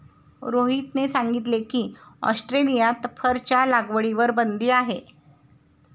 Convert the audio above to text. रोहितने सांगितले की, ऑस्ट्रेलियात फरच्या लागवडीवर बंदी आहे